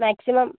maximum